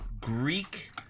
Greek